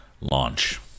launch